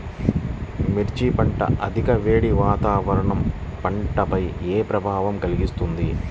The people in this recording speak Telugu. మిర్చి పంట అధిక వేడి వాతావరణం పంటపై ఏ ప్రభావం కలిగిస్తుంది?